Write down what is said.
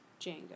django